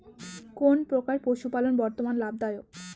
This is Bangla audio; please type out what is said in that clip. কোন প্রকার পশুপালন বর্তমান লাভ দায়ক?